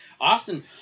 Austin